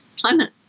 climate